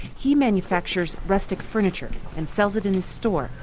he manufactures rustic furniture and sells it in his store,